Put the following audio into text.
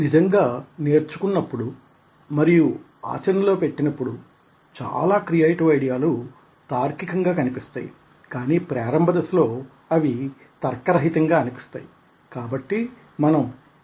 నిజంగా నేర్చుకున్నప్పుడు మరియు ఆచరణలో పెట్టినప్పుడు చాలా క్రియేటివ్ ఐడియాలు తార్కికంగా కనిపిస్తాయి కానీ ప్రారంభ దశలో అవి తర్కరహితంగా కనిపిస్తాయి కాబట్టి మనం ఈ విషయాన్ని దృష్టిలో పెట్టుకోవాలి